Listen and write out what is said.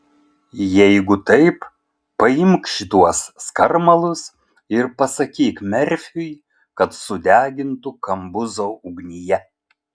jeigu taip paimk šituos skarmalus ir pasakyk merfiui kad sudegintų kambuzo ugnyje